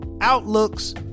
outlooks